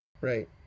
right